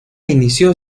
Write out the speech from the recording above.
inició